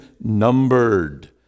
numbered